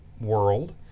world